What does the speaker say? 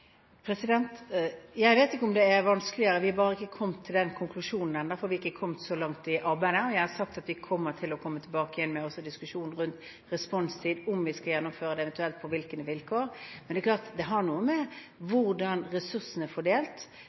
den konklusjonen ennå, for vi har ikke kommet så langt i arbeidet. Jeg har sagt at vi kommer til å komme tilbake til diskusjonen om responstid, om vi skal gjennomføre det, eventuelt på hvilke vilkår, men det er klart at det har noe med hvordan ressursene er fordelt